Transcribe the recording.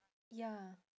ya